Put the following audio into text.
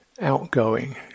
outgoing